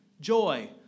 joy